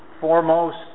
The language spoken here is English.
foremost